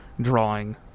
drawing